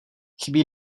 chybí